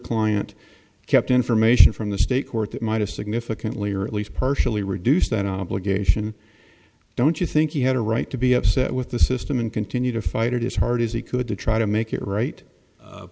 client kept information from the state court that might have significantly or at least partially reduced that obligation don't you think he had a right to be upset with the system and continue to fight it is hard as he could to try to make it right